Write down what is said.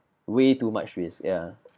way too much risk ya